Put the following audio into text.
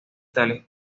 tales